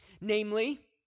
Namely